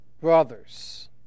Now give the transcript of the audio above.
brothers